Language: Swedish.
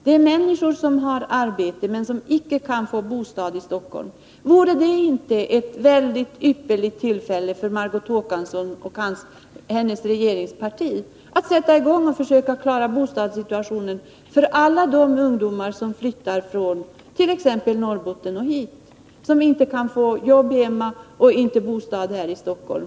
Det är människor som har arbete men som icke kan få bostad i Stockholm. Vore det inte ett ypperligt tillfälle för Margot Håkansson och hennes regeringsparti att nu sätta i gång och försöka klara bostadssituationen för alla de ungdomar som t.ex. flyttar hit från Norrbotten, som inte kan få jobb hemma och inte kan få bostad här i Stockholm?